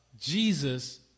Jesus